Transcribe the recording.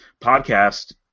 podcast